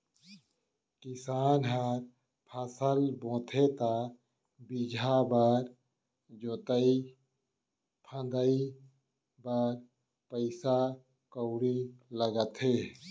किसान ह फसल बोथे त बीजहा बर, जोतई फंदई बर पइसा कउड़ी लगाथे